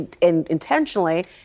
intentionally